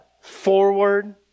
forward